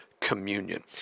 communion